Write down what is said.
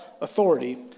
authority